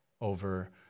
over